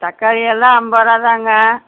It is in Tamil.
தக்காளி எல்லாம் ஐம்பரூவாதாங்க